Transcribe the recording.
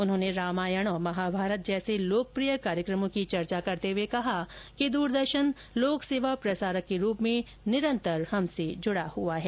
उन्होंने रामायण और महाभारत जैसे लोकप्रिय कार्यक्रमों की चर्चा करते हुए कहा कि दूरदर्शन लोकसेवा प्रसारक के रूप में निरंतर हमसे जुड़ा है